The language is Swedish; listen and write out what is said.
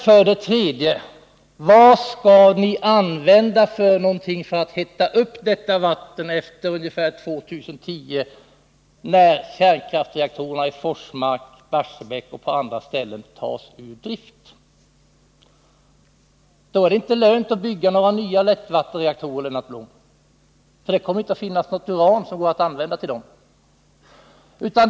För det tredje kan man fråga sig hur det skall gå till att hetta upp detta vatten efter år 2010 när kärnkraftsreaktorerna i Forsmark, Barsebäck och på andra ställen tas ur drift. Då är det inte lönt att bygga nya lättvattenreaktorer, Lennart Blom, för det kommer inte att finnas något användbart uran till dem.